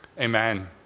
amen